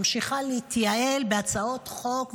ממשיכה להתייעל בהצעות חוק.